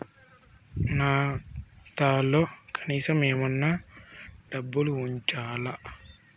నా ఖాతాలో కనీసం ఏమన్నా డబ్బులు ఉంచాలా?